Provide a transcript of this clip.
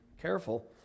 careful